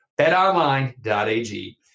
betonline.ag